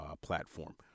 platform